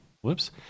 Whoops